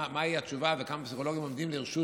מהי התשובה וכמה פסיכולוגים עומדים לרשות